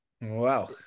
Wow